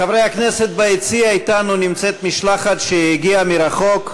חברי הכנסת, ביציע אתנו נמצאת משלחת שהגיעה מרחוק,